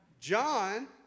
John